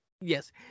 Yes